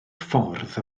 ffordd